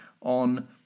on